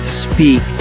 speak